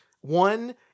one